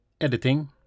editing